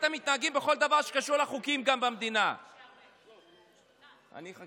את המדינה ולא